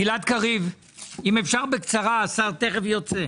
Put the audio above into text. גלעד קריב, אם אפשר בקצרה השר תכף יוצא.